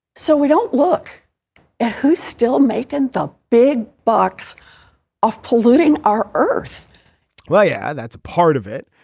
so we don't look at who's still making the big bucks of polluting our earth well yeah that's a part of it.